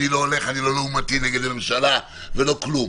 אני לא לעומתי נגד הממשלה ולא כלום.